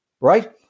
right